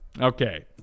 Okay